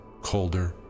colder